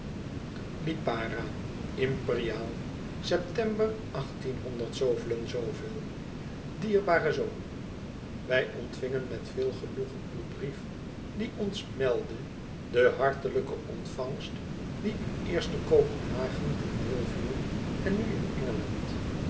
ipara mperiaal eptember zooveel ier zoon wij ontvingen met veel genoegen uw brief die ons meldde de hartelijke ontvangst die u eerst te kopenhagen ten deel viel en nu in